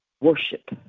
worship